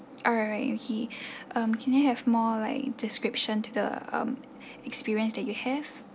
alright okay um can I have more like description to the um experience that you have